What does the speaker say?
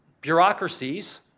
bureaucracies